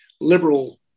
liberal